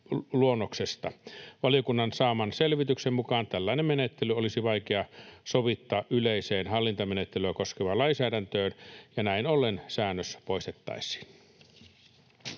Valiokunnan saaman selvityksen mukaan tällainen menettely olisi vaikea sovittaa yleiseen hallintamenettelyä koskevaan lainsäädäntöön, ja näin ollen säännös poistettaisiin.